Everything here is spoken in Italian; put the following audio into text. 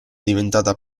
diventata